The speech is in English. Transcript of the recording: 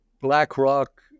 BlackRock